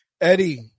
Eddie